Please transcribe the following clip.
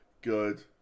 good